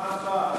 מה ההצבעה?